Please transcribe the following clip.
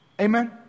Amen